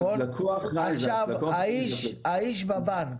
האיש בבנק,